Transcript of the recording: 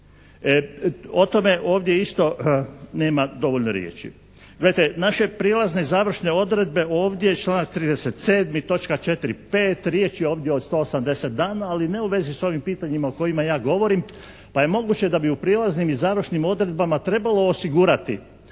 O tome ovdje isto nema dovoljno riječi. Gledajte, naša prijelazne i završne odredbe ovdje, članak 37. točka 4. i 5., riječ je ovdje o 180 dana, ali ne u vezi s ovim pitanjima o kojima ja govorim. Pa je moguće da bi u prijelaznim i završnim odredbama trebalo osigurati